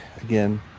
again